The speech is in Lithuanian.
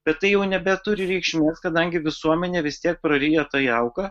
bet tai jau nebeturi reikšmės kadangi visuomenė vis tiek prarijo tą jauką